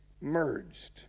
merged